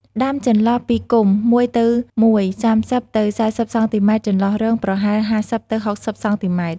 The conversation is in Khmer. ដាំចន្លោះពីគុម្ព មួយទៅមួយ ៣០ ទៅ ៤០ សង់ទីម៉ែត្រ ចន្លោះរងប្រវែង ៥០ ទៅ ៦០ សង់ទីម៉ែត្រ។